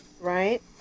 Right